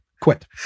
quit